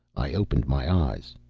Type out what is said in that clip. i opened my eyes.